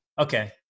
Okay